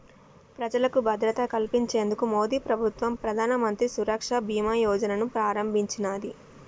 ప్రజలకు భద్రత కల్పించేందుకు మోదీప్రభుత్వం ప్రధానమంత్రి సురక్ష బీమా యోజనను ప్రారంభించినాది